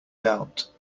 doubt